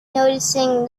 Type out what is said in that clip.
noticing